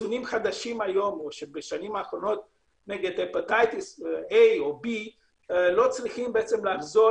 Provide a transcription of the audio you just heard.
בחיסונים חדשים בשנים האחרונות נגד צהבת מסוג A או B לא צריכים לחזור